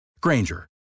Granger